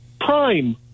prime